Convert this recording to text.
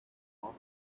often